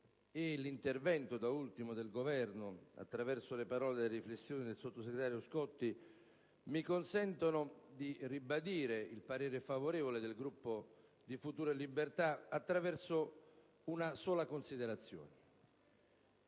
l'intervento del Governo mediante le parole e le riflessioni del sottosegretario Scotti, mi consentono di ribadire il parere favorevole del Gruppo Futuro e Libertà per l'Italia attraverso una sola considerazione.